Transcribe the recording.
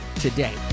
today